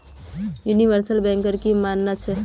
universal banker की मानना छ